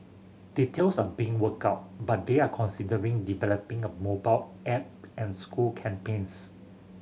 details are being worked out but they are considering developing a mobile app and school campaigns